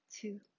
two